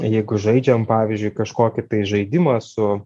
jeigu žaidžiam pavyzdžiui kažkokį tai žaidimą su